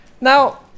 now